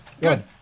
Good